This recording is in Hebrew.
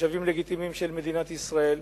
תושבים לגיטימיים של מדינת ישראל.